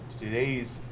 today's